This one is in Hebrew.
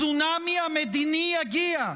הצונאמי המדיני יגיע,